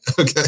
Okay